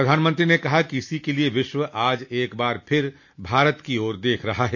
प्रधानमंत्री ने कहा कि इसी के लिए विश्व आज एक बार फिर भारत की ओर देख रहा है